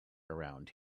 around